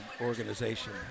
organization